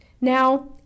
Now